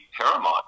paramount